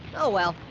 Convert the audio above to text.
oh, well.